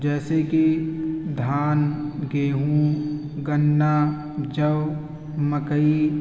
جیسے کہ دھان گیہوں گنا جو مکئی